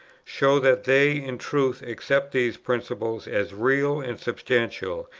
show that they in truth accept these principles as real and substantial,